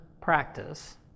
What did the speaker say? practice